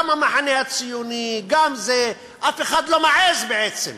גם המחנה הציוני, גם זה, אף אחד לא מעז בעצם.